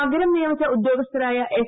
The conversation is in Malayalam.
പകരം നിയമിച്ച ഉദ്യോഗസ്ഥരായ എസ്